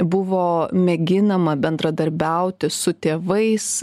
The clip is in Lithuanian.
buvo mėginama bendradarbiauti su tėvais